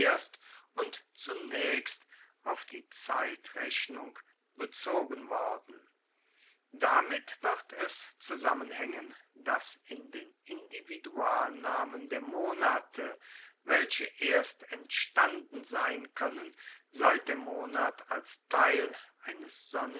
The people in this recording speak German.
und zunaechst auf die zeitrechnung bezogen worden damit wird es zusammenhaengen dass in den individualnamen der monate welche erst entstanden sein koennen seit der monat als teil eines